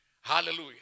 Hallelujah